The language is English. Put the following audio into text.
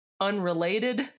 Unrelated